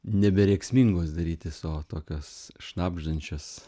nebe rėksmingos darytis o tokios šnabždančios